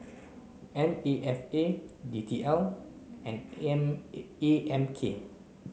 N A F A D T L and A A M K